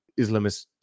Islamist